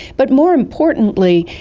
but more importantly,